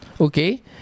Okay